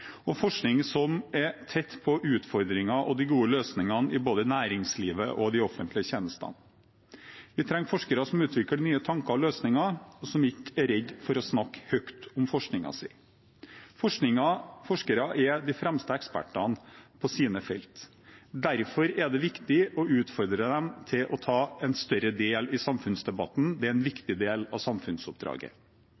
og forskning som er tett på utfordringer og de gode løsningene i både næringslivet og de offentlige tjenestene. Vi trenger forskere som utvikler nye tanker og løsninger, og som ikke er redd for å snakke høyt om forskningen sin. Forskere er de fremste ekspertene på sine felt. Derfor er det viktig å utfordre dem til i større grad å ta del i samfunnsdebatten. Det er en